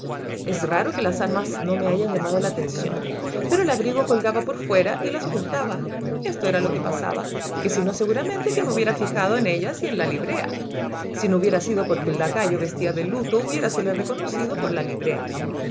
es raro que las armas no me hayan llamado la atención pero el abrigo colgaba por fuera y las ocultaba esto era lo que pasaba que si no seguramente que me hubiera fijado en ellas y en la librea si no hubiera sido porque el lacayo vestía de luto hubiérasele reconocido por la librea